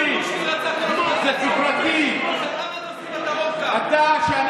למה אתם לא עושים את זה בדרום, כמו שקושניר רצה?